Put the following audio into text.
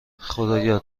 خدایا